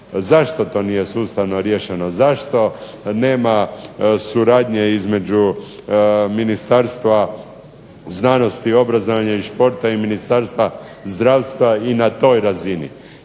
Zašto to nije sustavno riješeno, zašto nema suradnje između Ministarstva znanosti, obrazovanja i športa i Ministarstva zdravstva i na toj razini.